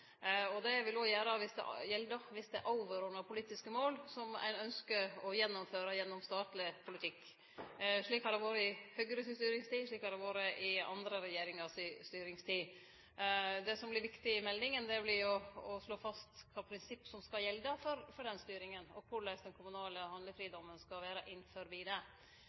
og det vil òg gjelde dersom det er overordna politiske mål som ein ynskjer å gjennomføre gjennom statleg politikk. Slik har det vore i Høgre si styringstid, og slik har det vore i andre regjeringar si styringstid. Det som vert viktig i meldinga, vert å slå fast kva prinsipp som skal gjelde for den styringa, og korleis den kommunale handlefridomen skal vere innafor det. Dersom dei faglege tilrådingane, politiet sine erfaringar og anna tilseier at regjeringa må gjere det